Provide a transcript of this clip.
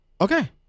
Okay